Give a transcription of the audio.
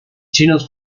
chinos